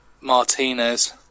Martinez